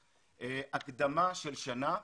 הקדמה של שנה.